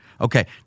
Okay